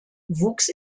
wuchs